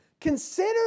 Consider